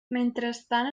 mentrestant